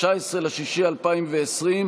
19 ביוני 2020,